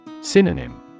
Synonym